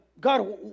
God